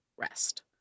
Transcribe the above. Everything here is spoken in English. Rest